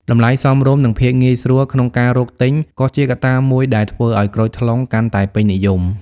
តម្លៃសមរម្យ និងភាពងាយស្រួលក្នុងការរកទិញក៏ជាកត្តាមួយដែលធ្វើឱ្យក្រូចថ្លុងកាន់តែពេញនិយម។